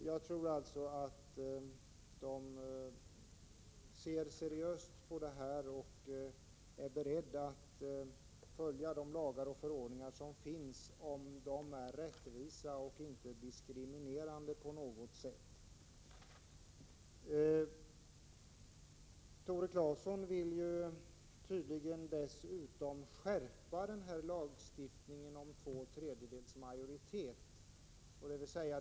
Jag tror att de ser seriöst på sin uppgift och är beredda att följa de lagar och förordningar som finns, om de är rättvisa och inte på något sätt diskriminerande. Tore Claeson vill tydligen dessutom skärpa lagstiftningen om två tredjedelars majoritet.